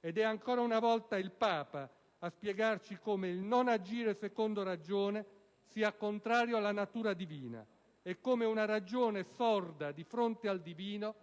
Ed è ancora una volta il Papa a spiegarci come il non agire secondo ragione sia contrario alla natura divina, e come una ragione sorda di fronte al divino